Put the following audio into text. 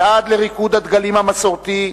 ועד ל"ריקוד דגלים" המסורתי,